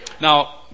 Now